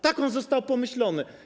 Tak on został pomyślany.